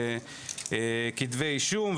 כתבי אישום,